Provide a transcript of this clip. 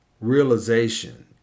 realization